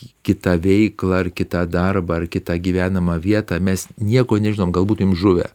kitą veiklą ar kitą darbą ar kitą gyvenamą vietą mes nieko nežinom gal būtumėm žuvę